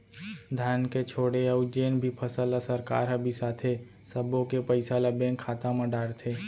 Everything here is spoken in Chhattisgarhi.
धान के छोड़े अउ जेन भी फसल ल सरकार ह बिसाथे सब्बो के पइसा ल बेंक खाता म डारथे